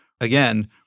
Again